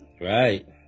right